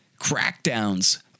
crackdowns